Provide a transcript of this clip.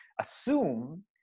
assume